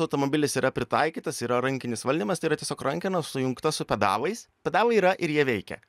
automobilis yra pritaikytas yra rankinis valdymas tai yra tiesiog rankena sujungta su pedalais pedalai yra ir jie veikia